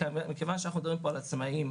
מכיוון שאנחנו מדברים פה על עצמאים,